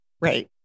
Right